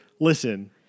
Listen